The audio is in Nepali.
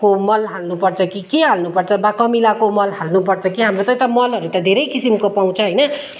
को मल हाल्नुपर्छ कि के हाल्नुपर्छ बा कमिलाको मल हाल्नुपर्छ कि हाम्रो त यता मलहरू धेरै किसिमको पाउँछ होइन